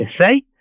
say